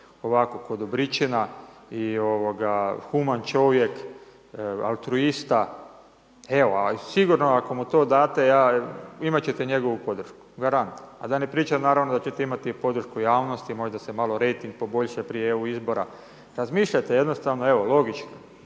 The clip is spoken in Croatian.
ovako, k'o dobričina i ovoga, human čovjek, altruista, evo, sigurno ako mu to date imati ćete njegovu podršku, garant, a da ne pričam naravno da ćete imati podršku javnosti, možda se malo rejting poboljša prije EU izbora, razmišljate, jednostavno, evo, logički,